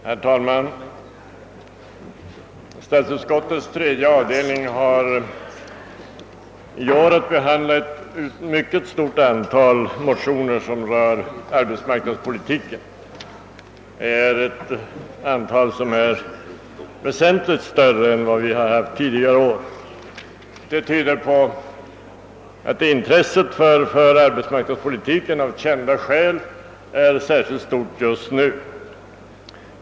Herr talman! Statsutskottets tredje avdelning har i år att behandla ett mycket stort antal motioner som rör arbetsmarknadspolitiska frågor, ett väsentligt större antal än vi haft under tidigare år. Det visar att intresset för arbetsmarknadspolitiken av kända skäl är särskilt stort just nu.